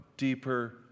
Deeper